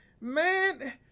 man